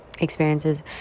experiences